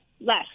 Less